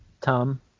Tom